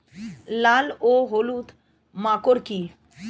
লাল ও হলুদ মাকর কী?